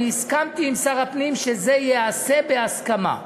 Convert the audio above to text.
הסכמתי עם שר הפנים שזה ייעשה בהסכמה.